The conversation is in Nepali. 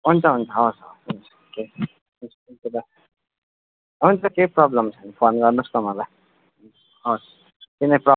हुन्छ हुन्छ हवस् हवस् हुन्छ हुन्छ केही प्रब्लम छैन फोन गर्नुहोस् न मलाई हवस् कुनै प्रब्लम